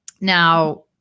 Now